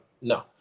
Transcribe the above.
No